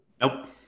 Nope